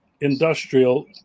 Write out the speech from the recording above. industrial